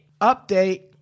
Update